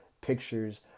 pictures